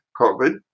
COVID